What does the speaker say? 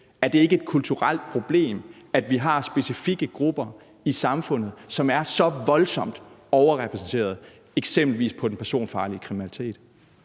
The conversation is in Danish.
Er det ikke et kulturelt problem, at vi har specifikke grupper i samfundet, som er så voldsomt overrepræsenterede på eksempelvis den personfarlige kriminalitet?